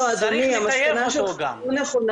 לא, אדוני, המסקנה שלך לא נכונה.